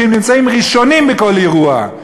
שנמצאים ראשונים בכל אירוע.